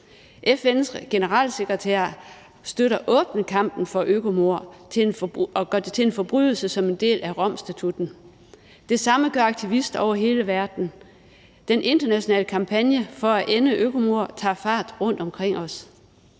FN's generalsekretær støtter åbent kampen for, at økomord gøres til en forbrydelse som en del af Romstatutten, og det samme gør aktivister over hele verden. Den internationale kampagne for at ende økomord tager fart rundtomkring os.